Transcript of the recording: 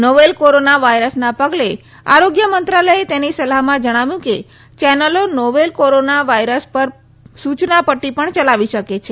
novel corona વાયરસના પગલે આરોગ્ય મંત્રાલયે તેની સલાહમાં જણાવ્યું કે ચેનલો નોવોલ કોરોના વાયરસ પર સુચના પટ્ટી પણ ચલાવી શકે છે